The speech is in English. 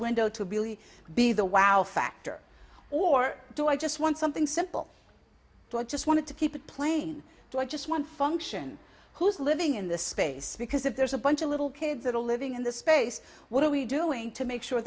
window to really be the wow factor or do i just want something simple so i just wanted to keep it plain so i just one function who's living in the space because if there's a bunch of little kids that are living in this space what are we doing to make sure